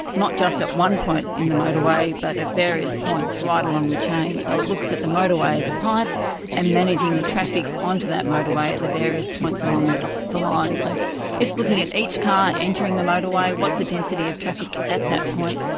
not just at one point in the motorway but at various points right along the chain. so it looks at the motorway as a pipe and managing the traffic onto that motorway at the various points along the the line. so it is looking at each car entering the motorway, what's the density of traffic at that point,